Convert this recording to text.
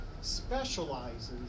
specializes